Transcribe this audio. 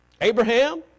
Abraham